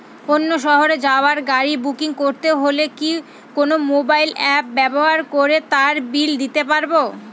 অন্য শহরে যাওয়ার গাড়ী বুকিং করতে হলে কি কোনো মোবাইল অ্যাপ ব্যবহার করে তার বিল দিতে পারব?